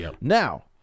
Now